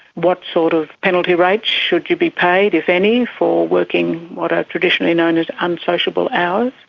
what sort of penalty rates should you be paid, if any, for working what are traditionally known as unsociable hours,